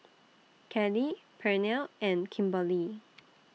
Kelli Pernell and Kimberlie